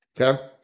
okay